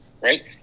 right